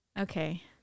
Okay